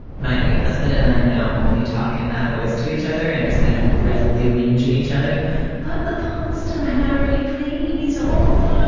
my husband and i now only talk in that voice to each other and just kind of breathlessly whinge at each other but the past, harry, please. um ah